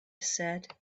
said